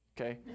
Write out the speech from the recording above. okay